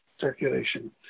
circulation